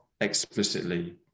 explicitly